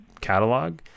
catalog